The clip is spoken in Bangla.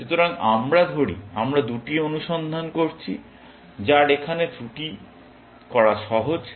সুতরাং আমরা ধরি আমরা দুটি অনুসন্ধান করছি যার এখানে ত্রুটি করা সহজ